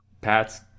Pats